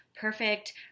perfect